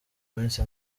munsi